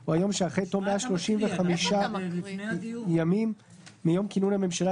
או היום שאחרי תום 135 ימים מיום כינון הממשלה,